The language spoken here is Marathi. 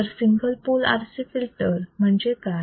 तर सिंगल पोल RC फिल्टर म्हणजे काय